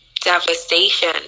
devastation